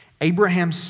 Abraham